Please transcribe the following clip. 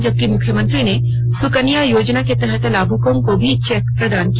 जबकि मुख्यमंत्री ने सुकन्या योजना के तहत लाभुकों को भी चेक प्रदान किया